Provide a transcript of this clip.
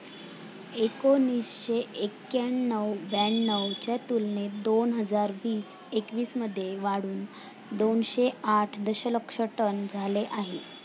एकोणीसशे एक्क्याण्णव ब्याण्णव च्या तुलनेत दोन हजार वीस एकवीस मध्ये वाढून दोनशे आठ दशलक्ष टन झाले आहे